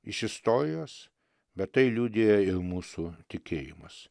iš istorijos bet tai liudija ir mūsų tikėjimas